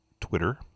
Twitter